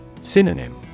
Synonym